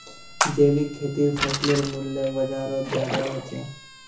जैविक खेतीर फसलेर मूल्य बजारोत ज्यादा होचे